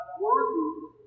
worthy